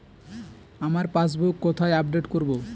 আমার পাসবুক কোথায় আপডেট করব?